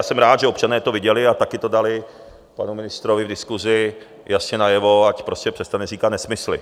A já jsem rád, že občané to viděli a také to dali panu ministrovi v diskusi jasně najevo, ať prostě přestane říkat nesmysly.